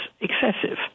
excessive